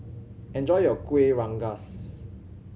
enjoy your Kuih Rengas